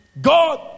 God